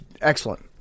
excellent